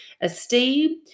esteem